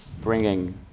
bringing